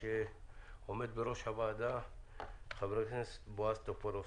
כשעומד בראש הוועדה חבר הכנסת בועז טופורובסקי.